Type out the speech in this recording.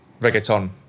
reggaeton